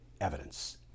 evidence